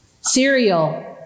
Cereal